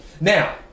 now